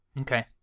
Okay